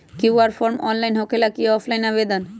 QR form online होकेला कि offline आवेदन?